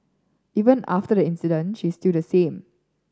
even after the incident she is still the same